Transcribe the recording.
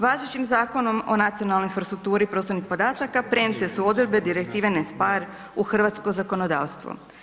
Važećim Zakonom o nacionalnoj infrastrukturi prostornih podataka prenijete su odredbe Direktive in speyer u hrvatsko zakonodavstvo.